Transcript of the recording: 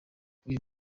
uyu